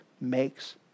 makes